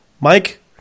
Mike